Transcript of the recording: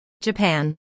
Japan